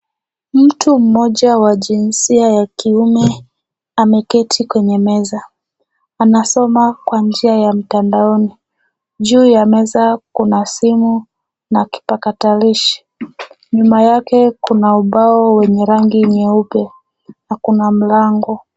Mtu mmoja wa jinsia ya kiume ameketi kwenye meza. Anasoma kwa njia ya mtandaoni. Juu ya meza kuna simu na kipakatalishi. Nyuma yake kuna ubao wenye rangi nyeupe na kuna mlango.